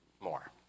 more